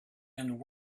and